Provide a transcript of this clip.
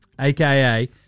AKA